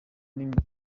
n’imico